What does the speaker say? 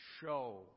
show